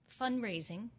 fundraising